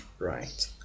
Right